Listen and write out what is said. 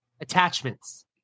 attachments